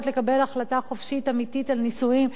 לקבל החלטה חופשית אמיתית על נישואין,